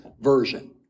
version